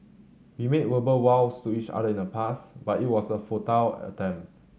we made verbal vows to each other in the past but it was a futile attempt